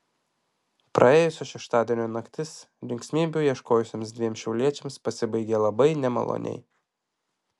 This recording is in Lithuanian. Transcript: praėjusio šeštadienio naktis linksmybių ieškojusiems dviem šiauliečiams pasibaigė labai nemaloniai